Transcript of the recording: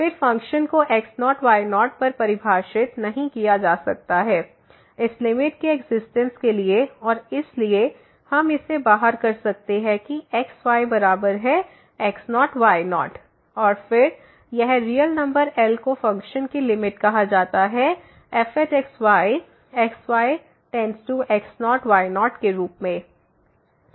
फिर फ़ंक्शन को x0y0 पर परिभाषित नहीं किया जा सकता इस लिमिट के एक्जिस्टेंस के लिए और इसलिए हम इसे बाहर कर सकते हैं कि xy बराबर है x0y0 और फिर यह रियल नंबर L को फ़ंक्शन की लिमिट कहा जाता है fx y x y→x0y0 के रूप में